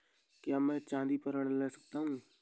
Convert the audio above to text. क्या मैं चाँदी पर ऋण ले सकता हूँ?